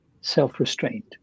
self-restraint